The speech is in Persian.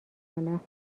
کنم